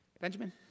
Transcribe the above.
Benjamin